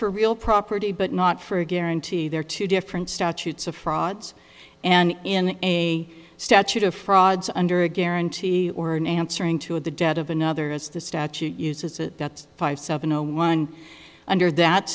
for real property but not for a guarantee there are two different statutes of frauds and in a statute of frauds under a guarantee or an answering to the debt of another as the statute uses it that's five seven zero one under that